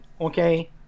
Okay